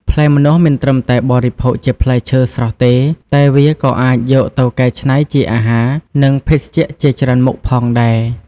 ផ្លែម្នាស់មិនត្រឹមតែបរិភោគជាផ្លែឈើស្រស់ទេ តែវាក៏អាចយកទៅកែច្នៃជាអាហារ និងភេសជ្ជៈជាច្រើនមុខផងដែរ។